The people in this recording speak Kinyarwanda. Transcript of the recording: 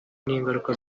n’ingaruka